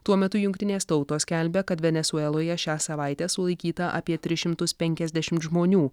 tuo metu jungtinės tautos skelbia kad venesueloje šią savaitę sulaikyta apie tris šimtus penkiasdešimt žmonių